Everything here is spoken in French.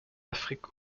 afrique